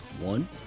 one